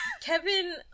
Kevin